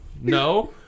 no